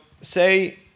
say